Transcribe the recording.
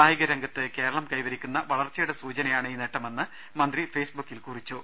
കായിക രംഗത്ത് കേരളം കൈവരിക്കുന്ന വളർച്ചയുടെ സൂചനയാണ് ഈ നേട്ടമെന്ന് മന്ത്രി ഫേസ്ബുക്കിൽ കുറിച്ചു